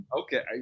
Okay